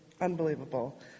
unbelievable